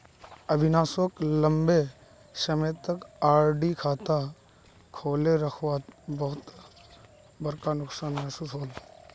अविनाश सोक लंबे समय तक आर.डी खाता खोले रखवात बहुत बड़का नुकसान महसूस होल